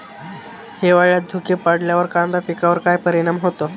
हिवाळ्यात धुके पडल्यावर कांदा पिकावर काय परिणाम होतो?